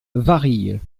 varilhes